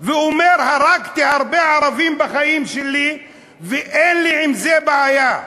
ואומר: הרגתי הרבה ערבים בחיים שלי ואין לי עם זה בעיה.